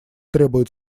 требует